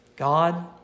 God